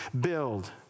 build